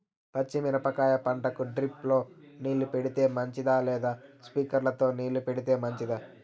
పచ్చి మిరపకాయ పంటకు డ్రిప్ తో నీళ్లు పెడితే మంచిదా లేదా స్ప్రింక్లర్లు తో నీళ్లు పెడితే మంచిదా?